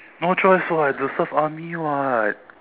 no choice [what] I have to serve army [what]